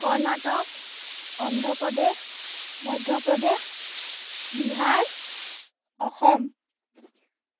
Karnataka Andhra Pradesh Madhya Pradesh Bihar Assam